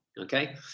okay